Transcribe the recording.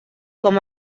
com